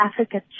Africa